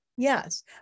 Yes